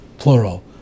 plural